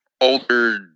older